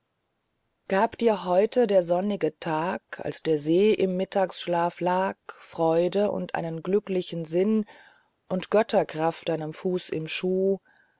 gab dir heute der sonnige tag als der see im mittagsschlaf lag freude und einen glücklichen sinn und götterkraft deinem fuß im schuh